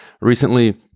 Recently